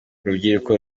urubyiruko